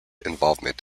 involvement